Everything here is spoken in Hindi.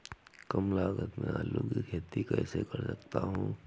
कम लागत में आलू की खेती कैसे कर सकता हूँ?